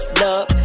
love